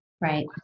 Right